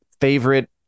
favorite